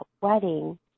wedding